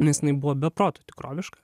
nes jinai buvo be proto tikroviška